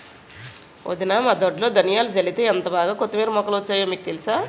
వదినా మా దొడ్లో ధనియాలు జల్లితే ఎంటబాగా కొత్తిమీర మొక్కలు వచ్చాయో మీకు తెలుసా?